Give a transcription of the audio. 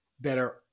better